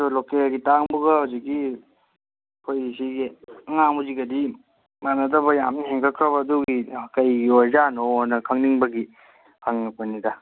ꯑꯗꯨ ꯂꯣꯀꯦꯜꯒꯤ ꯇꯥꯡꯕꯒ ꯍꯧꯖꯤꯛꯀꯤ ꯑꯩꯈꯣꯏꯒꯤꯁꯤꯒꯤ ꯑꯉꯥꯡꯕꯁꯤꯒꯗꯤ ꯃꯥꯟꯅꯗꯕ ꯌꯥꯝ ꯍꯦꯟꯒꯠꯈ꯭ꯔꯕ ꯑꯗꯨꯒꯤ ꯀꯩꯒꯤ ꯑꯣꯏꯔꯖꯥꯠꯅꯣꯅ ꯈꯪꯅꯤꯡꯕꯒꯤ ꯍꯪꯉꯛꯄꯅꯤꯗ